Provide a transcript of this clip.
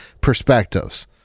perspectives